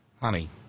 honey